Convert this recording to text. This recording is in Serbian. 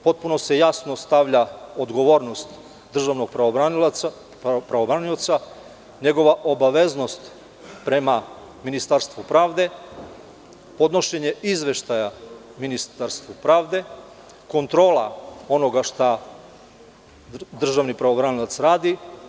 Potpuno se jasno stavlja odgovornost državnog pravobranioca, njegova obaveznost prema Ministarstvu pravde, podnošenje izveštaja Ministarstvu pravde, kontrola onoga šta državni pravobranilac radi.